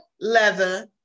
leather